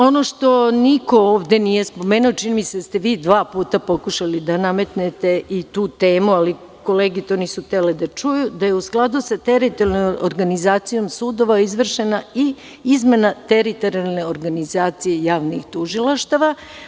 Ono što niko ovde nije spomenuo, čini mi se da ste vi dva puta pokušali da nametnete i tu temu, ali kolege to nisu htele da čuju, da je u skladu sa teritorijalnom organizacijom sudova izvršena i izmena teritorijalne organizacije javnih tužilaštava.